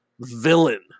villain